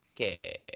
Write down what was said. Okay